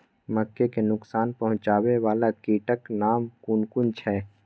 मके के नुकसान पहुँचावे वाला कीटक नाम कुन कुन छै?